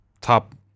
top